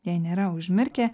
jei nėra užmirkę